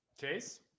Chase